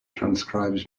transcribes